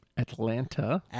Atlanta